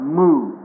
move